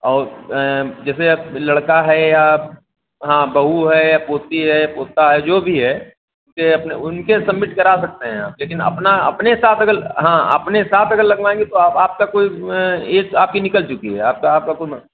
और जैसे अब लड़का है या हाँ बहू है या पोती है पोता है जो भी है जैसे उनका सम्मिट करा सकते हैं आप लेकिन अपना अपने साथ अगर हाँ अपने साथ अगर लगवाएंगे तो अब आपका कोई ऐज आपकी निकल चुकी है आपका आपका कोई म